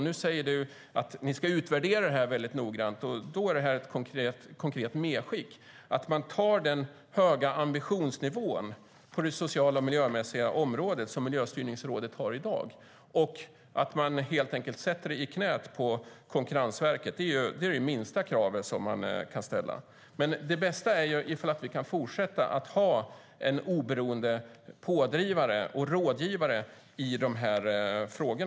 Nu säger du att ni ska utvärdera detta noga, och då är detta ett konkret medskick: Ta den höga ambitionsnivå på det sociala och miljömässiga området som Miljöstyrningsrådet har i dag och sätt det i knäet på Konkurrensverket. Det är det minsta kravet vi kan ställa. Det bästa vore dock att fortsätta ha en oberoende pådrivare och rådgivare i dessa frågor.